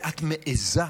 את מעיזה